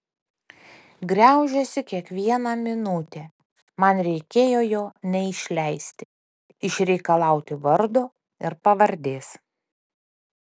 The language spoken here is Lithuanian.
griaužiuosi kiekvieną minutę man reikėjo jo neišleisti išreikalauti vardo ir pavardės